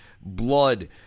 Blood